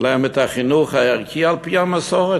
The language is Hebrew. להם את החינוך הערכי על-פי המסורת,